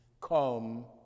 come